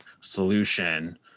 solution